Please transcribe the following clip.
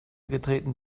getreten